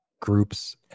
groups